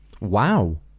Wow